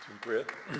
Dziękuję.